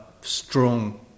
strong